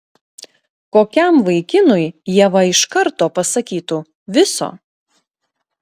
kokiam vaikinui ieva iš karto pasakytų viso